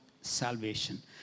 salvation